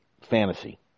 Fantasy